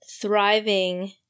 thriving